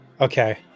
Okay